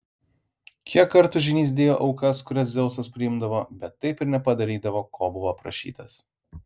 kiek kartų žynys dėjo aukas kurias dzeusas priimdavo bet taip ir nepadarydavo ko buvo prašytas